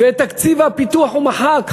ואת תקציב הפיתוח הוא מחק.